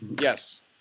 Yes